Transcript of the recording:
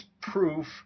proof